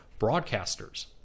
broadcasters